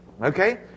Okay